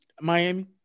Miami